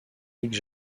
league